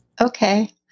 Okay